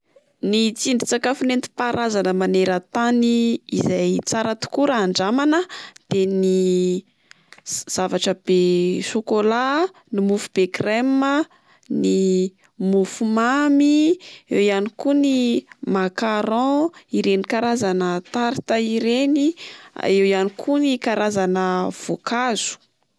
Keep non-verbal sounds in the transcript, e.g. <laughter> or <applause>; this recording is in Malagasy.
Ny tsindrin-tsakafo netim-paharazana maneran-tany <hesitation> izay tsara tokoa raha andramana de ny <hesitation> zavatra be <hesitation> choholat a, ny mofo be crème a, ny <hesitation> mofo mamy, eo ihany koa ny <hesitation> macaron, ireny karazana tarta ireny, eo ihany koa ny karazana voankazo.